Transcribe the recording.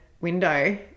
window